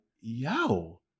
yo